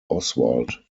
oswald